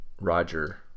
Roger